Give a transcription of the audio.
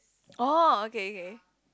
oh okay okay